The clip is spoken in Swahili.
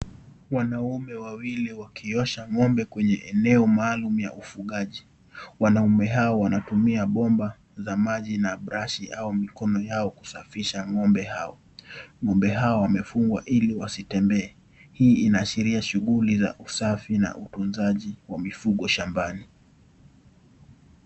Wanaume wawili wakiosha ng'ombe kwenye eneo maalum ya ufugaji. Wanaume hawa wanatumia bomba za maji na brashi au mikono yao kusafisha ng'ombe hao. Ng'ombe hao wamefungwa ili wasitembee. Hii inaashiria shughuli za usafi na utunzaji wa mifugo shambani.